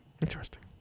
Interesting